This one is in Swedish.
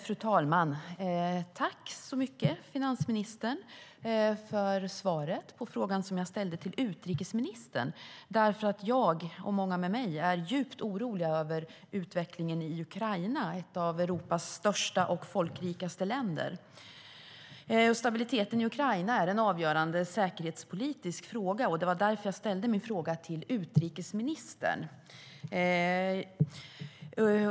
Fru talman! Tack, finansministern, för svaret på frågan som jag ställde till utrikesministern! Jag och många med mig är djupt oroade över utvecklingen i Ukraina, ett av Europas största och folkrikaste länder. Stabiliteten i Ukraina är en avgörande säkerhetspolitisk fråga. Det var därför jag ställde min fråga till utrikesministern.